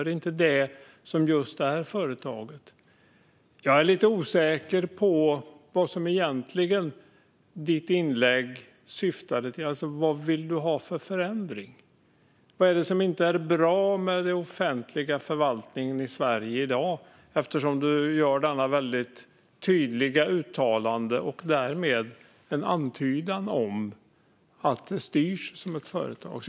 Är det inte just det som ett företag innebär? Jag är lite osäker på vad ditt inlägg egentligen syftade till. Vad vill du ha för förändring? Vad är det som inte är bra med den offentliga förvaltningen i Sverige i dag, eftersom du gör detta tydliga uttalande och därmed ger en antydan om att det styrs som ett företag.